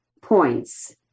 points